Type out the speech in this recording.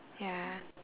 ya